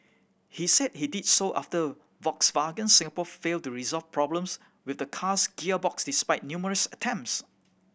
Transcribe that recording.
he said he did so after Volkswagen Singapore failed to resolve problems with the car's gearbox despite numerous attempts